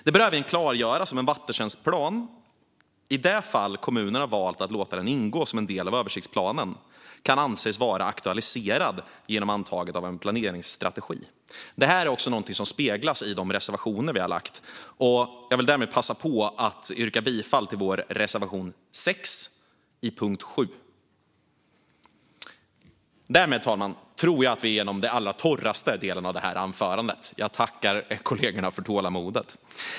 Det bör även klargöras om en vattentjänstplan i det fall kommunen valt att låta den ingå som en del av översiktsplanen kan anses vara aktualiserad genom antagandet av en planeringsstrategi. Det här är också någonting som speglas i de reservationer vi har lagt. Jag vill därmed passa på att yrka bifall till vår reservation 6 under punkt 7. Därmed, fru talman, tror jag att vi är igenom den allra torraste delen av det här anförandet. Jag tackar kollegorna för tålamodet.